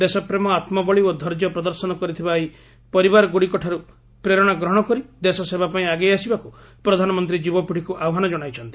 ଦେଶପ୍ରେମ ଆତ୍କବଳି ଓ ଧୈର୍ଯ୍ୟ ପ୍ରଦର୍ଶନ କରିଥିବା ଏହି ପରିବାରଗୁଡ଼ିକଠାରୁ ପ୍ରେରଣା ଗ୍ରହଶ କରି ଦେଶସେବା ପାଇଁ ଆଗେଇ ଆସିବାକୁ ପ୍ରଧାନମନ୍ତୀ ଯୁବପିତିକୁ ଆହ୍ବାନ ଜଣାଇଛନ୍ତି